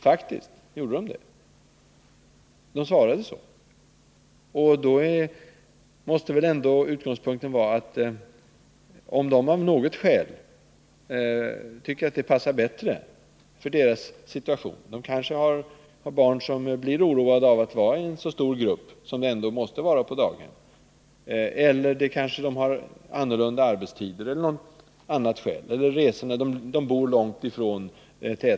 Utgångspunkten måste väl vara att de skall få tillgång till familjedaghem, om de av något skäl tycker att det passar bättre i deras situation. De kanske har barn som blir oroade av att vara i en så stor grupp som det måste bli i ett daghem, de kanske har arbetstider som inte stämmer eller de bor måhända långt från tätorten och därmed från daghemmet.